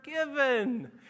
forgiven